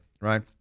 right